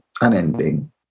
unending